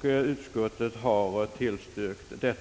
vilket utskottet har tillstyrkt.